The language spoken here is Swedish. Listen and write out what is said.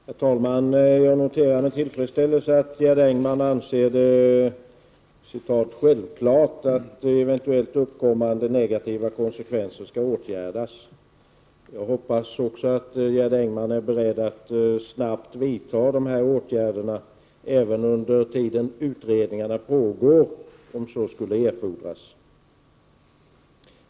Herr talman! Jag noterar med tillfredsställelse att Gerd Engman anser det ”självklart” att eventuellt uppkommande negativa konsekvenser skall åtgärdas. Jag hoppas också att Gerd Engman är beredd att snabbt vidta de åtgärderna även under den tid utredningarna pågår, om så skulle erfordras.